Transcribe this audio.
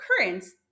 occurrence